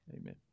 Amen